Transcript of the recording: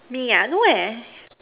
me ah no eh